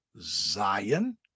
Zion